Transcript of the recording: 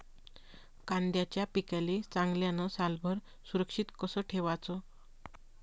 कांद्याच्या पिकाले चांगल्यानं सालभर सुरक्षित कस ठेवाचं?